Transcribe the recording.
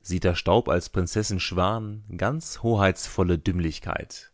machten sita staub als prinzessin schwan ganz hoheitsvolle dümmlichkeit